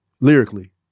lyrically